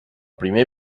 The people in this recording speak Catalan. primer